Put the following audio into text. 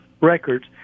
records